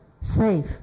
safe